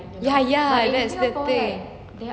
ya ya that's the thing